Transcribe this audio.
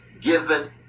given